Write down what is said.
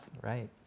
right